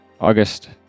August